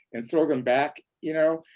and throw them back, you know?